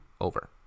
over